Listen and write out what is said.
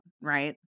right